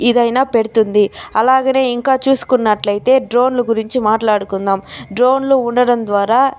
ఇదైనా పెడుతుంది అలాగనే ఇంకా చూసుకున్నట్లైతే డ్రోన్లు గురించి మాట్లాడుకుందాం డ్రోన్లు ఉండడం ద్వారా